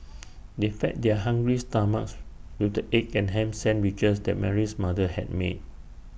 they fed their hungry stomachs with the egg and Ham Sandwiches that Mary's mother had made